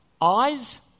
Eyes